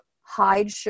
hide